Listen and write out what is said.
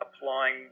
applying